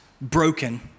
broken